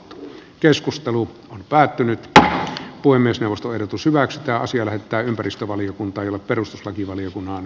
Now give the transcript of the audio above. keskustelu päättynyttä puhemiesneuvosto eli pysyvä ekstaasia lähettää ympäristövaliokunta ja perustuslakivaliokunnan